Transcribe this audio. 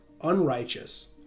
unrighteous